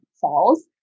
falls